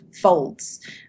folds